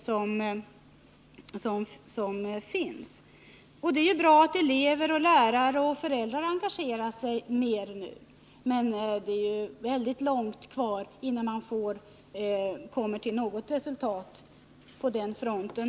Det är naturligtvis bra att elever, lärare och föräldrar engagerar sig mera nu, men det är långt kvar innan vi får resultat också på det området.